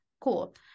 cool